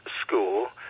school